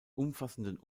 umfassenden